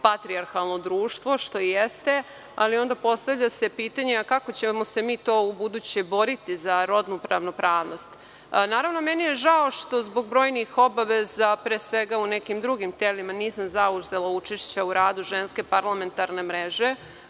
patrijarhalno društvo, što i jeste, ali onda se postavlja pitanje – kako ćemo se mi to ubuduće boriti za rodnu ravnopravnost? Naravno, meni je žao što zbog brojnih obaveza, pre svega u nekim drugim telima, nisam zauzela učešća u radu Ženske parlamentarne mreže,